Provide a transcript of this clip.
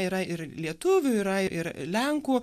yra ir lietuvių yra ir lenkų